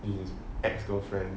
his ex girlfriend